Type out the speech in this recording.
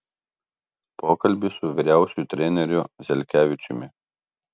pokalbis su vyriausiuoju treneriu zelkevičiumi